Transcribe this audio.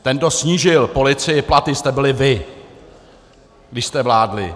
Ten, kdo snížil policii platy, jste byli vy, když jste vládli.